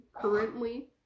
currently